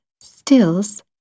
stills